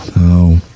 No